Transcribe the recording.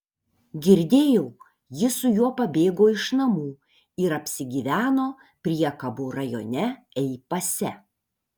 girdėjau ji su juo pabėgo iš namų ir apsigyveno priekabų rajone ei pase